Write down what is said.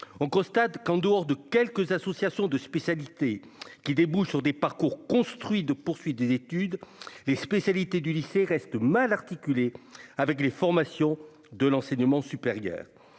on constate qu'en dehors de quelques associations de spécialités qui débouche sur des parcours construit de poursuit des études, les spécialités du lycée restent mal articulé avec les formations de l'enseignement supérieur,